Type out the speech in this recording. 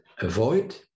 avoid